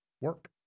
work